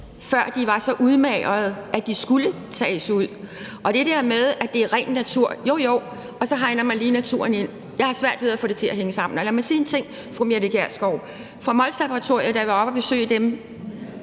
før de var så udmagrede, at de skulle tages ud. Og til det der med, at det er ren natur, vil jeg sige: Jo jo, men så hegner man lige naturen ind. Jeg har svært ved at få det til at hænge sammen. Og lad mig sige en ting, fru Mette Gjerskov. Da jeg var oppe at besøge